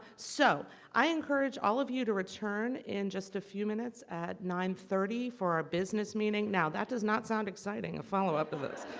so i encourage all of you to return in just a few minutes at nine thirty for our business meeting now that does not sound exciting a follow-up of this.